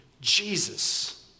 Jesus